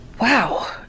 wow